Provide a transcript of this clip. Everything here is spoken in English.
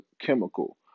chemical